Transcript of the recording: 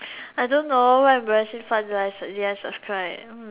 I don't know what embarrassing did I yes subscribe